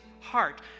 heart